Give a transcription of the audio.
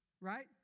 Right